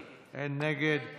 אין נגד.